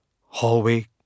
Hallway